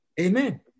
Amen